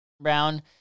Brown